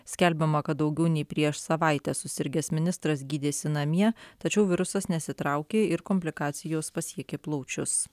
skelbiama kad daugiau nei prieš savaitę susirgęs ministras gydėsi namie tačiau virusas nesitraukė ir komplikacijos pasiekė plaučius